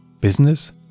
business